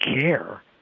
care